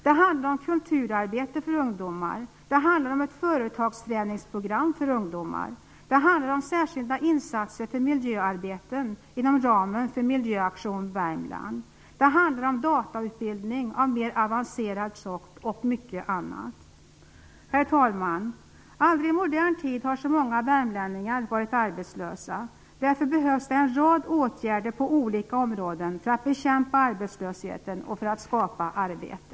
Det handlar om kulturarbete för ungdomar och ett företagsträningsprogram för ungdomar. Det handlar om särskilda insatser för miljöarbeten inom ramen för Miljöaktion Värmland. Det handlar om datautbildning av mer avancerad sort och mycket annat. Herr talman! Aldrig i modern tid har så många värmlänningar varit arbetslösa. Därför behövs en rad åtgärder på olika områden för att bekämpa arbetslösheten och skapa arbete.